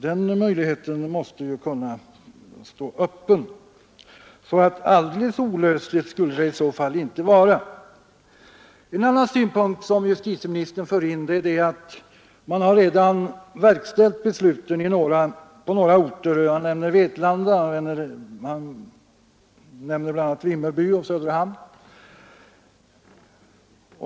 Den möjligheten måste ju stå öppen, så alldeles olösligt skulle problemet i så fall inte vara. En annan synpunkt som justitieministern för in är att man redan har verkställt besluten på några orter, bl.a. Vetlanda, Vimmerby och Söderhamn.